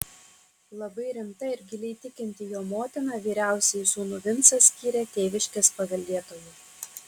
labai rimta ir giliai tikinti jo motina vyriausiąjį sūnų vincą skyrė tėviškės paveldėtoju